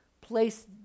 place